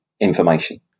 information